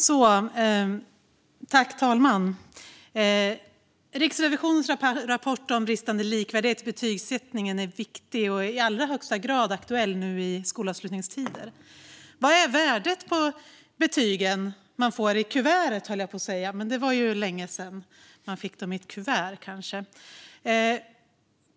Herr talman! Riksrevisionens rapport om bristande likvärdighet i betygsättningen är viktig och i allra högsta grad aktuell nu i skolavslutningstider. Vad är värdet på betygen man får i kuvertet? Fast det var ju kanske länge sedan man fick dem i ett kuvert.